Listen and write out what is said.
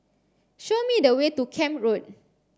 show me the way to Camp Road